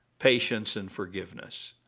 patience and forgiveness.